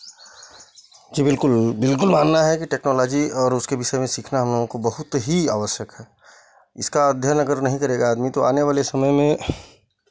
जी बिलकुल बिलकुल मानना है कि टेक्नोलॉजी और उसके विषय में सीखना हम लोगों को बहुत ही आवश्यक है इसका अध्ययन अगर नहीं करेगा आदमी तो आने वाले समय में